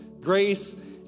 Grace